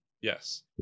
Yes